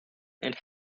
and